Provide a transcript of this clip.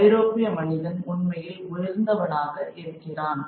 ஐரோப்பிய மனிதன் உண்மையில் உயர்ந்தவனாக இருக்கிறான்